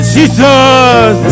Jesus